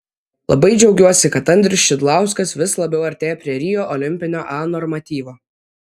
labai džiaugiuosi kad andrius šidlauskas vis labiau artėja prie rio olimpinio a normatyvo